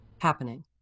happening